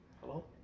Hello